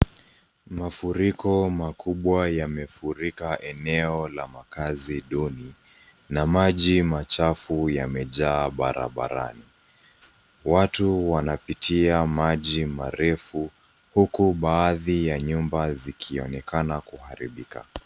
Mafuriko makubwa yamefurika eneo la makazi duni, na maji machafu yamejaa barabarani. Watu wanapitia maji marefu huku baadhi ya nyumba zikionekana kuharibika .